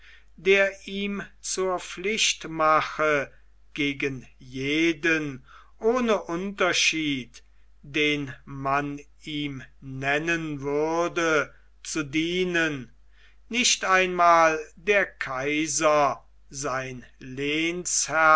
der ihm zur pflicht mache gegen jeden ohne unterschied den man ihm nennen würde zu dienen nicht einmal der kaiser sein